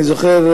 אני זוכר,